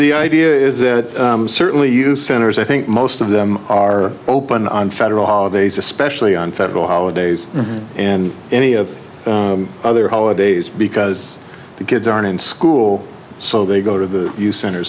the idea is that certainly you centers i think most of them are open on federal holidays especially on federal holidays and any of other holidays because the kids aren't in school so they go to the you center